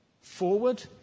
forward